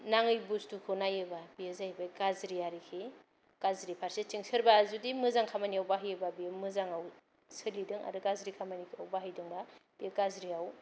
नाङै बुसतुखौ नायोबा बियो जाहैबाय गाज्रि आरोकि गाज्रि फारसेथिं सोरबा जुदि मोजां खामानियाव बाहायोबा बियो मोजाङाव सोलिदों आरो गाज्रि खामानिफ्राव बाहायदोंबा बियो गाज्रियाव